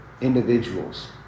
individuals